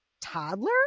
toddler